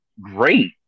great